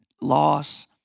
loss